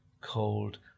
cold